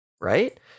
right